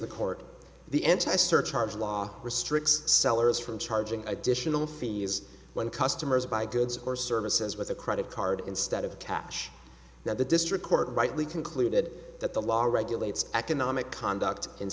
the court the enticing are charged law restricts sellers from charging additional fees when customers buy goods or services with a credit card instead of cash that the district court rightly concluded that the law regulates economic conduct